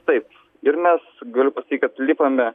taip ir mes galiu pasakyti kad lipame